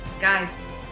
Guys